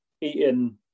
eating